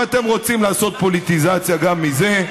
אבל אתם רוצים לעשות פוליטיזציה גם מזה?